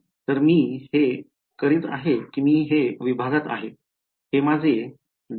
तर मी हे करीत आहे की मी हे विभागात आहे हे माझे ∇ϕ